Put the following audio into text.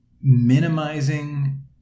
minimizing